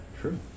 True